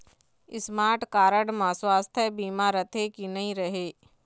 Smart card म सुवास्थ बीमा रथे की नई रहे?